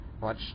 watch